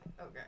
Okay